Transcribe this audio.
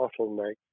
bottleneck